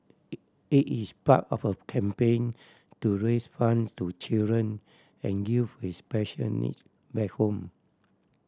it is part of a campaign to raise fund to children and youth with special needs back home